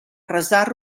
resar